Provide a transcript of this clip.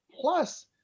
Plus